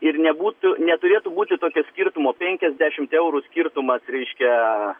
ir nebūtų neturėtų būti tokio skirtumo penkiasdešimt eurų skirtumas reiškia